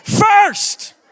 First